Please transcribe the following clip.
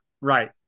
right